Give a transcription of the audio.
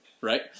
right